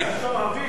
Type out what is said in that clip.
הוא יצא לנשום אוויר,